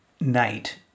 night